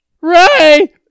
ray